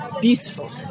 beautiful